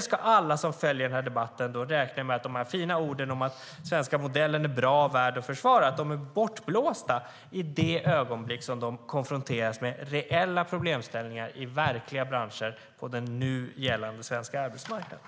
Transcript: Ska alla som följer debatten räkna med att de fina orden om att den svenska modellen är bra och värd att försvara är bortblåsta i det ögonblick som de konfronteras med reella problem i verkliga branscher och den nu gällande svenska arbetsmarknaden?